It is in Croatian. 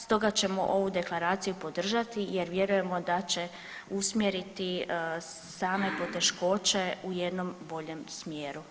Stoga ćemo ovu deklaraciju podržati, jer vjerujemo da će usmjeriti same poteškoće u jednom boljem smjeru.